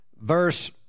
verse